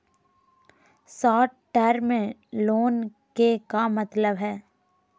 Short term loan के का मतलब हई?